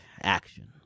action